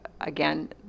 again